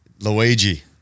Luigi